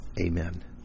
Amen